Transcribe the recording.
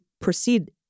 proceed